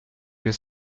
que